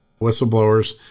whistleblowers